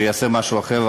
שיעשה משהו אחר,